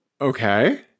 Okay